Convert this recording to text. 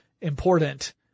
important